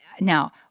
now